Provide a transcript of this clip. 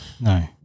No